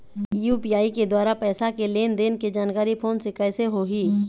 UPI के द्वारा पैसा के लेन देन के जानकारी फोन से कइसे होही?